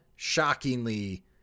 shockingly